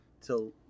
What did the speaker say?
till